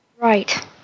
right